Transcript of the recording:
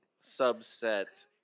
subset